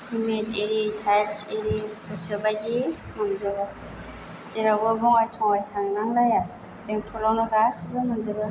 cement इरि tiles इरि गोसो बाइदि मोनजोबो जेरावबो बङाइ थङाइ थांनांलाइया बेंथलावनो गासिबो मोनजोबो